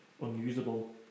unusable